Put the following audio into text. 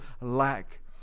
lack